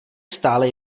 stále